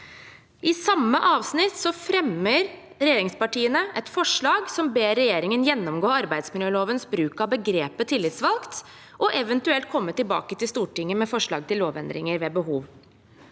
I innstillingen fremmer regjeringspartiene et forslag hvor man ber regjeringen gjennomgå arbeidsmiljølovens bruk av begrepet «tillitsvalgt» og eventuelt komme tilbake til Stortinget med forslag til lovendringer ved behov.